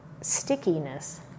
stickiness